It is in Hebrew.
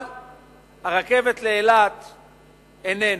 אבל הרכבת לאילת איננה.